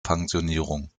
pensionierung